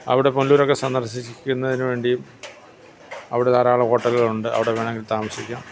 അവിടെ പുനലൂരൊക്കെ സന്ദർശിക്കുന്നതിന് വേണ്ടി അവിടെ ധാരാളം ഹോട്ടലുകളുണ്ട് അവിടെ വേണമെങ്കിൽ താമസിക്കാം